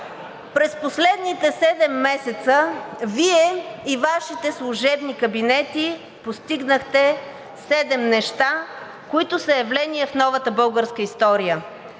през последните седем месеца Вие и Вашите служебни кабинети постигнахте седем неща, които са явления в новата българска история: